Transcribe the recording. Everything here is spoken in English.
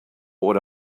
would